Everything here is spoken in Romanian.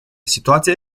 situația